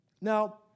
Now